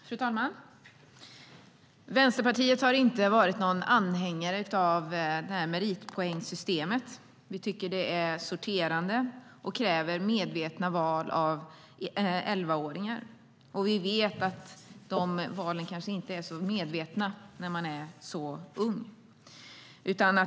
Fru talman! Vänsterpartiet har inte varit anhängare av meritpoängsystemet. Vi tycker att det är sorterande och kräver medvetna val av elvaåringar. Vi vet att valen kanske inte är särskilt medvetna när man är så ung.